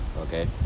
Okay